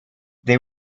they